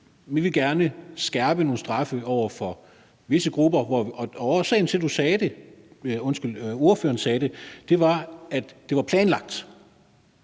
Vi vil gerne skærpe nogle straffe over for visse grupper. Og årsagen til, at ordføreren sagde det, var, at det var planlagt.